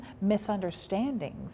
misunderstandings